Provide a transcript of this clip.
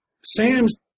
Sam's